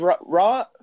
Raw